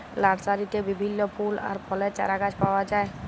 লার্সারিতে বিভিল্য ফুল আর ফলের চারাগাছ পাওয়া যায়